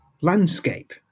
landscape